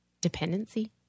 dependency